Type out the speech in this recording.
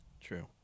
True